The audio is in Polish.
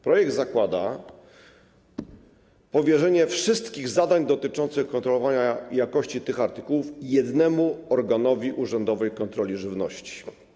Projekt zakłada powierzenie wszystkich zadań dotyczących kontrolowania jakości tych artykułów jednemu organowi urzędowej kontroli żywności.